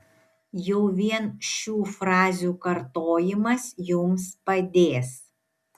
jau vien šių frazių kartojimas jums padės